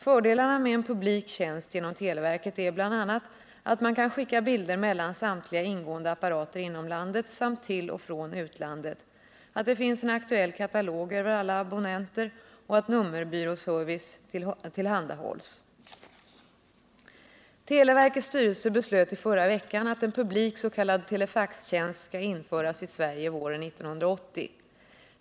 Fördelarna med en publik tjänst genom televerket är bl.a. att man kan skicka bilder mellan samtliga ingående apparater inom landet samt till och från utlandet, att det finns en aktuell katalog över alla abonnenter och att nummerbyråservice tillhandahålls. Televerkets styrelse beslöt i förra veckan att en publik s.k. telefaxtjänst s'allinföras i Sverige våren 1980.